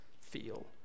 feel